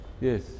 Yes